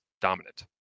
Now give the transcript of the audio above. dominant